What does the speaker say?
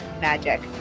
magic